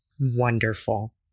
Wonderful